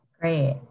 Great